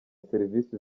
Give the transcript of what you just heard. serivisi